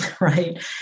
right